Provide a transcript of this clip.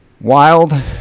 Wild